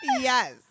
Yes